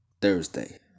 thursday